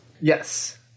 Yes